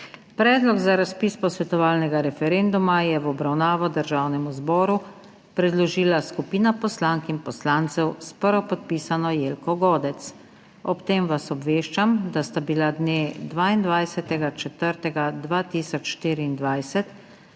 Predlog za razpis posvetovalnega referenduma je v obravnavo Državnemu zboru predložila skupina poslank in poslancev, s prvopodpisano Jelko Godec. Ob tem vas obveščam, da sta bila dne 22. 4. 2024